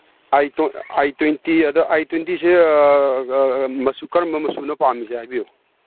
ꯑꯥꯏ twenty ꯑꯗꯨ I ꯇ꯭ꯋꯦꯟꯇꯤꯁꯦ ꯃꯆꯨ ꯀꯔꯝꯕ ꯃꯆꯨꯅꯣ ꯄꯥꯝꯃꯤꯁꯦ ꯍꯥꯏꯕꯤꯌꯨ